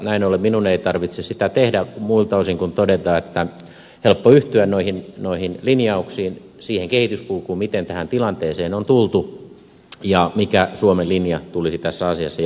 näin ollen minun ei tarvitse sitä tehdä muilta osin kuin todeta että on helppo yhtyä noihin linjauksiin siihen kehityskulkuun miten tähän tilanteeseen on tultu ja mikä suomen linjan tulisi tässä asiassa jatkossa olla